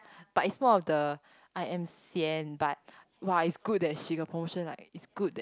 but it's more of the I'm sian but !wah! it's good that she got promotion like it's good that